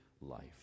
life